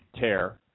tear